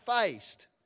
faced